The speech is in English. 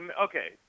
okay